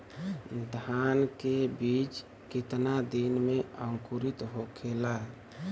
धान के बिज कितना दिन में अंकुरित होखेला?